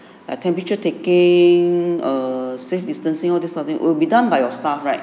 a temperature taking err safe distancing all these sort of thing will be done by your staff right